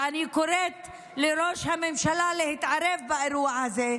ואני קוראת לראש הממשלה להתערב באירוע הזה,